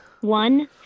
One